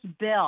bill